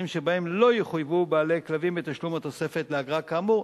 שבהם לא יחויבו בעלי כלבים בתשלום התוספת לאגרה כאמור,